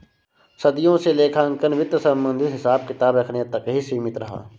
सदियों से लेखांकन वित्त संबंधित हिसाब किताब रखने तक ही सीमित रहा